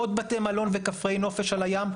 עוד בתי מלון וכפרי נופש על הים?